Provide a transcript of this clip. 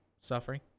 suffering